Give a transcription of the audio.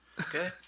Okay